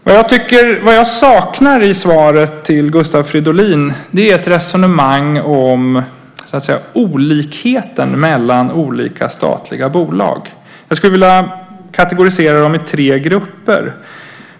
Vad jag saknar i svaret till Gustav Fridolin är ett resonemang om olikheten mellan olika statliga bolag. Jag skulle vilja kategorisera dem i tre grupper.